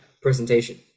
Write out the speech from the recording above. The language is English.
presentation